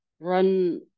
Run